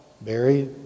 Barry